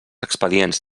expedients